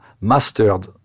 mastered